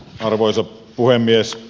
arvoisa puhemies